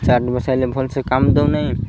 charge ବସାଇଲେ ଭଲ ସେ କାମ ଦେଉ ନାହିଁ